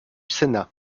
sénat